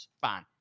Fine